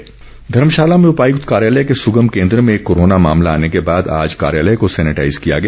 सैनिटाई जेशन धर्मशाला में उपायुक्त कार्यालय के सुगम केन्द्र में एक कोरोना मामला आने के बाद आज कार्यालय को सैनेटाईज किया गया